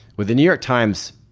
with the new york times,